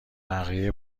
بقیه